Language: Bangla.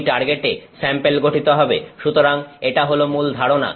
ঐ টার্গেটে স্যাম্পেল গঠিত হবে সুতরাং এটা হল মূল ধারণা